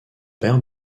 père